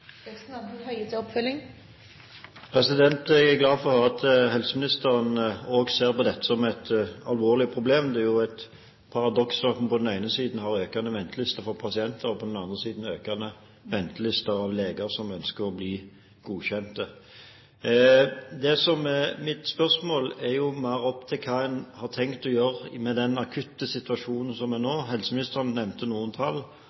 Jeg er glad for at helseministeren også ser på dette som et alvorlig problem. Det er et paradoks at man på den ene siden har økende ventelister for pasienter og på den andre siden økende ventelister med leger som ønsker å bli godkjent. Det som er mitt spørsmål, går mer på hva man har tenkt å gjøre med den akutte situasjonen som er nå. Helseministeren nevnte noen tall.